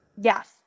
Yes